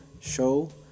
show